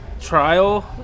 trial